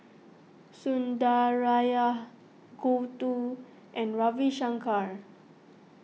Sundaraiah Gouthu and Ravi Shankar